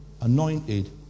anointed